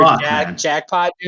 jackpot